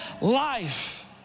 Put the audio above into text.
life